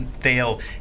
fail